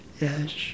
Yes